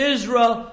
Israel